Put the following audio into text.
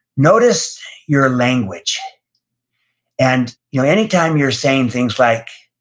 notice your language and you know any time you're saying things like,